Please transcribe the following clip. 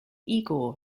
igor